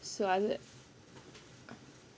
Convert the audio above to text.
so